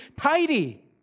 tidy